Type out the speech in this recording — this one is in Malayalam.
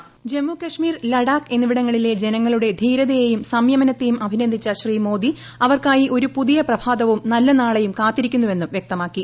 വോയ്സ് ജമ്മു കാശ്മീർ ലഡാക്ക് എന്നിവിടങ്ങളിലെ ജനങ്ങളുടെ ധീരതയേയും സംയമനത്തേയും അഭിനന്ദിച്ച ശ്രീ മോദി അവർക്കായി ഒരു പുതിയ പ്രഭാതവും നല്ല നാളെയും കാത്തിരിക്കുന്നുവെന്നും വൃക്തമാക്കി